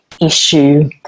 issue